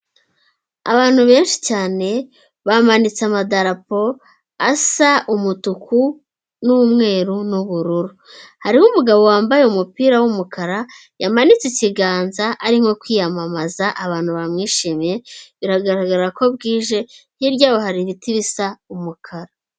Abantu benshi cyane, bamanitse amadarapo asa umutuku, n'umweru, n'ubururu. Hariho umugabo wambaye umupira w'umukara, yamanitse ikiganza ari nko kwiyamamaza, abantu bamwishimiye, biragaragara ko bwije, hirya yaho hari ibiti bisa umukara.